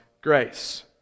grace